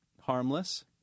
harmless